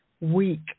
week